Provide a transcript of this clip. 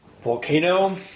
volcano